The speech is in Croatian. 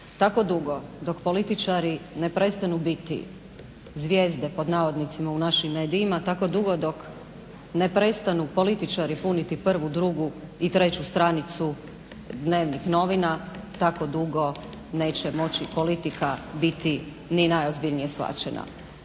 Tako dugo dok političari ne prestanu biti "zvijezde" u našim medijima, tako dugo dok ne prestanu političari puniti prvu, drugu i treću stranicu dnevnih novina, tako dugo neće moći politika biti ni najozbiljnije shvaćena.